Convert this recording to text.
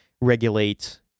regulate